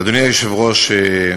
אדוני היושב-ראש,